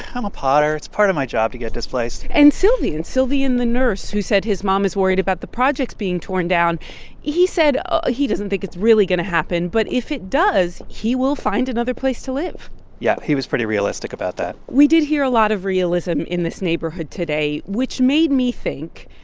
um a potter. it's part of my job to get displaced and sylvian sylvian, the nurse, who said his mom is worried about the projects being torn down he said ah he doesn't think it's really going to happen. but if it does, he will find another place to live yeah, he was pretty realistic about that we did hear a lot of realism in this neighborhood today, which made me think.